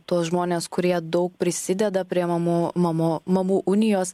tuos žmones kurie daug prisideda prie mamų mamų mamų unijos